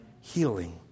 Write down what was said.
healing